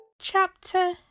Chapter